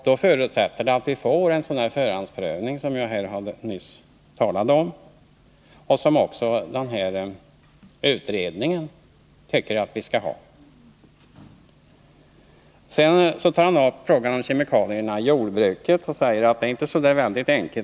Det förutsätter emellertid att vi får en sådan förhandsprövning som jag nyss talade om och som också utredningen tycker att vi skall ha. Problemen kring användningen av kemikalier i jordbruket är inte så enkla, säger Einar Larsson vidare.